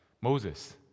Moses